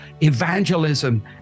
evangelism